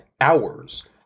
hours